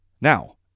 Now